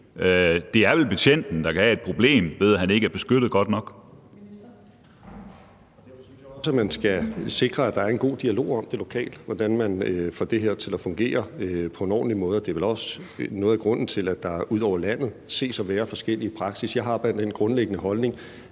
Justitsministeren (Nick Hækkerup): Jeg synes også, at man skal sikre, at der er en god dialog om det lokalt, altså hvordan man får det her til at fungere på en ordentlig måde. Det er vel også noget af grunden til, at der ud over landet ses at være forskellige praksisser. Jeg har da den grundlæggende holdning,